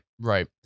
right